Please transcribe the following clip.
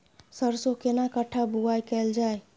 सरसो केना कट्ठा बुआई कैल जाय?